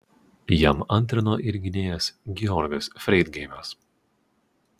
jam antrino ir gynėjas georgas freidgeimas